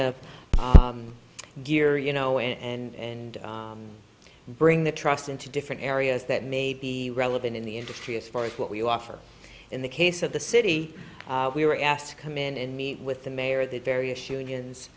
of gear you know and bring the trust into different areas that may be relevant in the industry as far as what we offer in the case of the city we were asked to come in and meet with the mayor the various unions